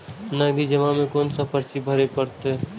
नगदी जमा में कोन सा पर्ची भरे परतें?